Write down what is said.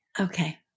Okay